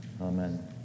Amen